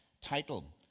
title